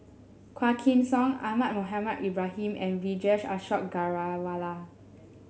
Quah Kim Song Ahmad Mohamed Ibrahim and Vijesh Ashok Ghariwala